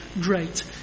Great